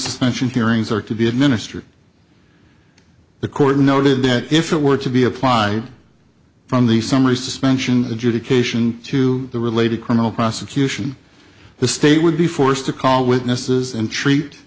suspension hearings are to be administered the court noted that if it were to be applied from the summary suspension adjudication to the related criminal prosecution the state would be forced to call witnesses and treat